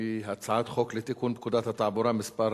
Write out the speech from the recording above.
והיא הצעת חוק לתיקון פקודת התעבורה (מס'